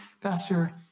Pastor